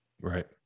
right